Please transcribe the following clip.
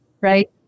Right